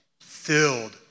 filled